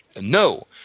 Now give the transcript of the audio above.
no